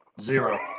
zero